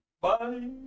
Bye